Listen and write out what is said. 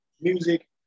music